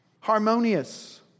Harmonious